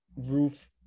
roof